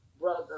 Brother